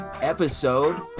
episode